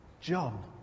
John